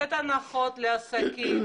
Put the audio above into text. לתת הנחות לעסקים,